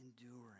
enduring